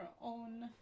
own